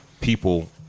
people